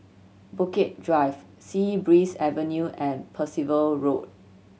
Bukit Drive Sea Breeze Avenue and Percival Road